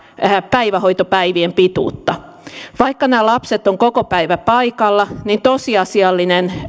päivähoitopäivien pituutta vaikka nämä lapset ovat kokopäiväpaikalla tosiasiallinen